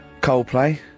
Coldplay